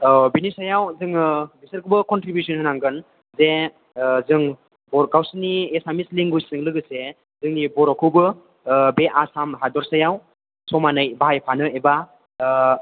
औ बिनि सायाव जोङो बिसोरखौबो कनट्रिबिउस'न होनांगोन जे जों गावसोरनि एसामिस लेंगुवेजजों लोगोसे जोंनि बर'खौबो बे आसाम हादरसायाव समानै बाहायफानो एबा